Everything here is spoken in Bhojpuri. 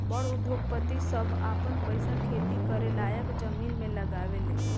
बड़ उद्योगपति सभ आपन पईसा खेती करे लायक जमीन मे लगावे ले